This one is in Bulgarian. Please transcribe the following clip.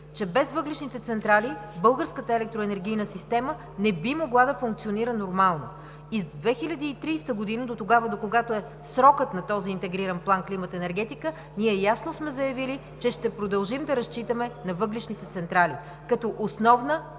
че без въглищните централи българската електроенергийна система не би могла да функционира нормално. И 2030 г. – дотогава, докогато е срокът на този интегриран план „Климат – енергетика“, ние ясно сме заявили, че ще продължим да разчитаме на въглищните централи като основна, базова